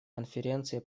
конференции